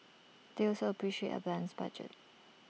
they also appreciate A balanced budget